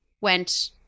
went